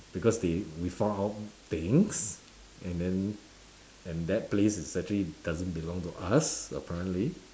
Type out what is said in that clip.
because they we found out things and then and that place is actually doesn't belong to us apparently